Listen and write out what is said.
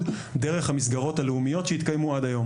דרך המסגרות הלאומיות שהתקיימו עד היום